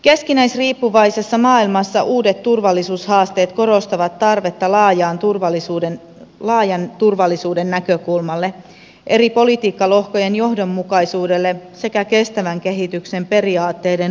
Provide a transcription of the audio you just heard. keskinäisriippuvaisessa maailmassa uudet turvallisuushaasteet korostavat tarvetta laajan turvallisuuden näkökulmalle eri politiikkalohkojen johdonmukaisuudelle sekä kestävän kehityksen periaatteiden huomioon ottamiselle